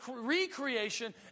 recreation